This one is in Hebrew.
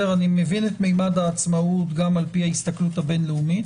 אני מבין את ממד העצמאות גם לפי ההסתכלות הבין-לאומית.